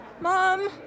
Mom